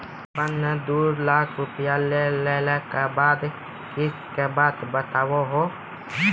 आपन ने दू लाख रुपिया लेने के बाद किस्त के बात बतायी?